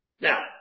Now